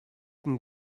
can